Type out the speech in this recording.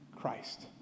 Christ